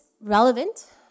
relevant